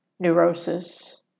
Neurosis